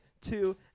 two